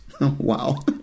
Wow